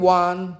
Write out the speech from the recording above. one